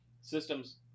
systems